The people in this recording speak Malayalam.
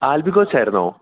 ആൽബി കോച്ചായിരുന്നോ